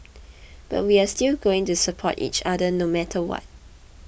but we are still going to support each other no matter what